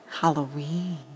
Halloween